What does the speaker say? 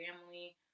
family